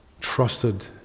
trusted